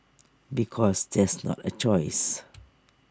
because that's not A choice